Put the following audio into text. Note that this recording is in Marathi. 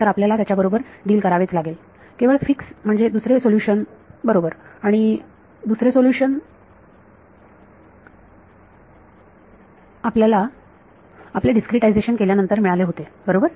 तर आपल्याला त्याच्याबरोबर डील करावेच लागेल केवळ फिक्स म्हणजे दुसरे सोल्युशन बरोबर आणि दुसरे सोल्युशन आपल्याला आपले डिस्क्रीटायझेशन केल्यानंतर मिळाले होते बरोबर